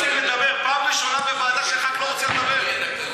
נתתי לכמה חברי כנסת רשות דיבור.